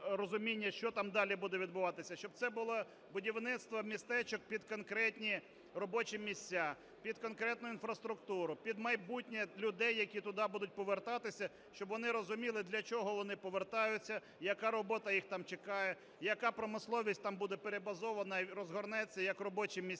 що там далі буде відбуватися, щоб це було будівництво містечок під конкретні робочі місця, під конкретну інфраструктуру, під майбутнє людей, які туди будуть повертатися, щоб вони розуміли, для чого вони повертаються, яка робота їх там чекає, яка промисловість там буде перебазована, розгорнеться, як робочі місця,